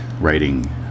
writing